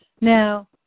Now